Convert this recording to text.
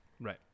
Right